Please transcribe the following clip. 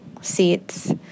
seats